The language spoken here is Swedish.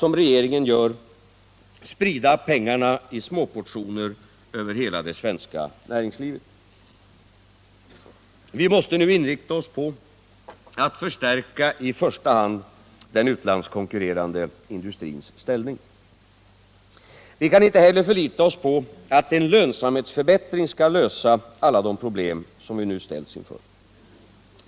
som regeringen gör, sprida pengarna i småportioner över hela det svenska näringslivet. Vi måste nu inrikta oss på att förstärka i första hand den utlandskonkurrerande industrins ställning. Vi kan inte heller förlita oss på att en lönsamhetsförbättring skall lösa alta de problem som vi ställs inför.